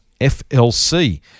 FLC